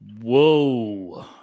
Whoa